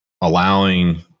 allowing